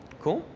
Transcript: cool.